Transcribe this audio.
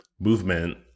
movement